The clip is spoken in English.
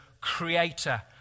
Creator